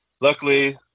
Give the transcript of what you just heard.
Luckily